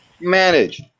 manage